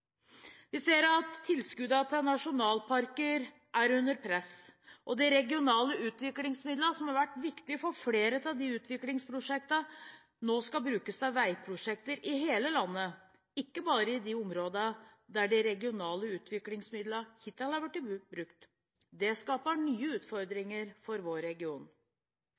Vi ser at tilskuddene til nasjonalparker er under press, og at de regionale utviklingsmidlene, som har vært viktige for flere av disse utviklingsprosjektene, nå skal brukes til veiprosjekter i hele landet og ikke bare i de områdene der de regionale utviklingsmidlene hittil har blitt brukt. Det skaper nye utfordringer for vår region.